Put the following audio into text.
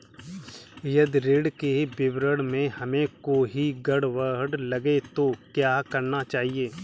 यदि ऋण के विवरण में हमें कोई गड़बड़ लगे तो क्या करना चाहिए?